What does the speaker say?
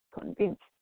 convinced